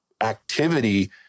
activity